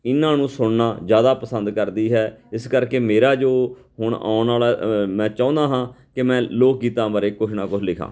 ਇਹਨਾਂ ਨੂੰ ਸੁਣਨਾ ਜ਼ਿਆਦਾ ਪਸੰਦ ਕਰਦੀ ਹੈ ਇਸ ਕਰਕੇ ਮੇਰਾ ਜੋ ਹੁਣ ਆਉਣ ਵਾਲਾ ਮੈਂ ਚਾਹੁੰਦਾ ਹਾਂ ਕਿ ਮੈਂ ਲੋਕ ਗੀਤਾਂ ਬਾਰੇ ਕੁਛ ਨਾ ਕੁਛ ਲਿਖਾਂ